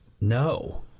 No